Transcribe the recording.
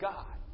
God